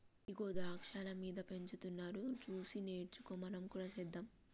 ఇగో ద్రాక్షాలు మీద పెంచుతున్నారు సూసి నేర్చుకో మనం కూడా సెద్దాం